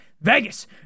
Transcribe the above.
Vegas